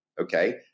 Okay